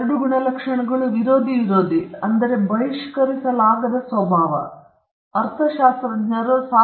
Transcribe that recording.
ಈ ಎರಡು ಗುಣಲಕ್ಷಣಗಳು ವಿರೋಧಿ ವಿರೋಧಿ ಮತ್ತು ಬಹಿಷ್ಕರಿಸಲಾಗದ ಸ್ವಭಾವವು ಅರ್ಥಶಾಸ್ತ್ರಜ್ಞರು ಸಾರ್ವಜನಿಕ ಸರಕುಗಳನ್ನು ಕರೆಯುವ ಮೂಲಕ ಹಂಚಿಕೊಳ್ಳಲ್ಪಡುವ ಸಂಗತಿಯಾಗಿದೆ